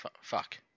fuck